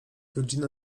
godzina